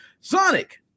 Sonic